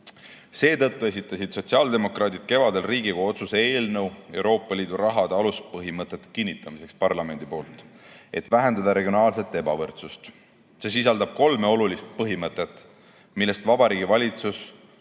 Seetõttu esitasid sotsiaaldemokraadid kevadel Riigikogu otsuse eelnõu Euroopa Liidu rahade aluspõhimõtete kinnitamiseks parlamendi poolt, et vähendada regionaalset ebavõrdsust. See sisaldab kolme olulist põhimõtet, millest Vabariigi Valitsus